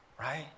Right